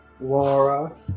Laura